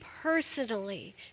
personally